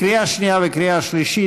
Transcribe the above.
לקריאה שנייה וקריאה שלישית.